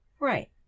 Right